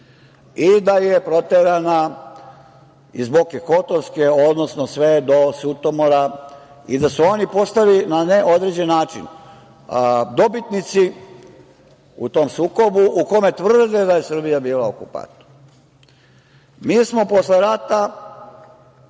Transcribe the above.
i da je proterana iz Boke Kotorske, odnosno sve do Sutomora i da su oni postali na neodređen način. Dobitnici u tom sukobu u kome tvrde da je Srbija bila okupator. Mi smo posle rata